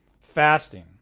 Fasting